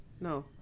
no